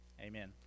amen